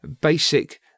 basic